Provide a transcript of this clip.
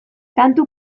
kantu